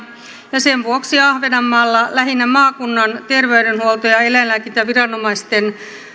ja sen vuoksi ahvenanmaalla lähinnä maakunnan terveydenhuolto ja eläinlääkintäviranomaisten